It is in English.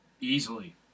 Easily